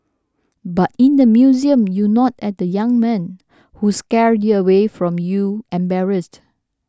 but in the museum you nod at the young men who scurry away from you embarrassed